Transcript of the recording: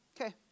Okay